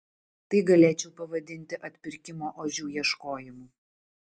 tai galėčiau pavadinti atpirkimo ožių ieškojimu